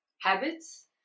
habits